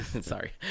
Sorry